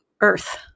earth